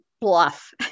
bluff